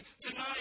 tonight